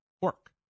work